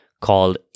called